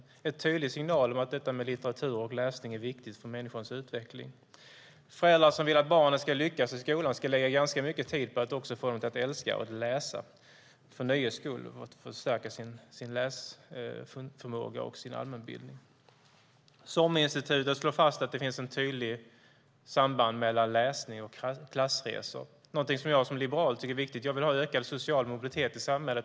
Det är en tydlig signal om att litteratur och läsning är viktigt för människans utveckling. Föräldrar som vill att barnen ska lyckas i skolan ska lägga mycket tid på att också få dem att älska att läsa för nöjes skull och för att förstärka sin läsförmåga och sin allmänbildning. SOM-institutet slår fast att det finns ett tydligt samband mellan läsning och klassresor. Detta är någonting som jag som liberal tycker är viktigt. Jag vill ha ökad social mobilitet i samhället.